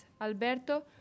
Alberto